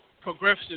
progressive